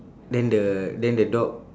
then the then the dog